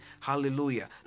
hallelujah